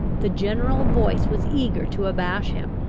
the general voice was eager to abash him.